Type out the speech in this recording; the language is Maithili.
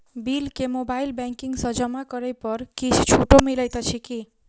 बिल केँ मोबाइल बैंकिंग सँ जमा करै पर किछ छुटो मिलैत अछि की?